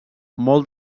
molt